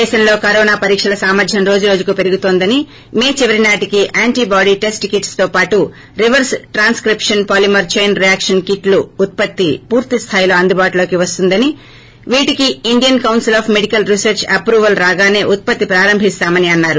దేశంలో కరోనా పరీక్షల సామర్వం రోజురోజుకు పెరుగుతోందని మే చివరి నాటికి యాంటి బాడి టెస్ట్ కిట్స్ తో పాటు reverse transcription polymer chain reaction కిట్లు ఉత్త్తి పూర్తి స్థాయిలో అందుబాటులోకి వస్తాయని వీటికి Indian council of medical research approval రాగానే ఉత్సత్తి ప్రారంభిస్తామని అన్నారు